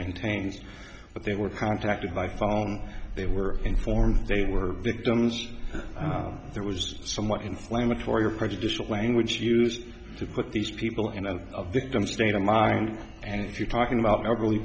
maintains that they were contacted by phone they were informed they were victims there was somewhat inflammatory or prejudicial language used to put these people in out of victims state of mind and if you're talking about elderly